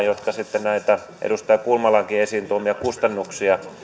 jotka sitten edustaja kulmalankin esiin tuomia kustannuksia